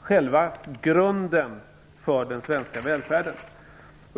själva grunden för den svenska välfärden.